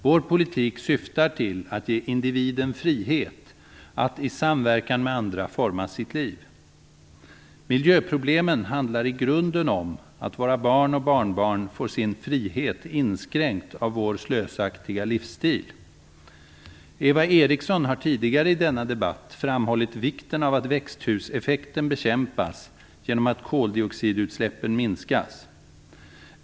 Vår politik syftar till att ge individen frihet att i samverkan med andra forma sitt liv. Miljöproblemen handlar i grunden om att våra barn och barnbarn får sin frihet inskränkt av vår slösaktiga livsstil. Eva Eriksson har tidigare i denna debatt framhållit vikten av att växthuseffekten bekämpas genom att koldioxidutsläppen minskas.